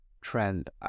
trend